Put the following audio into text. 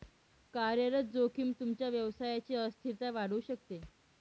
कार्यरत जोखीम तुमच्या व्यवसायची अस्थिरता वाढवू शकते